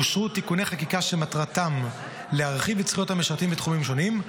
אושרו תיקוני חקיקה שמטרתם להרחיב את זכויות המשרתים בתחומים שונים,